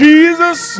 Jesus